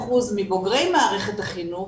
ש-42% מבוגרי מערכת החינוך,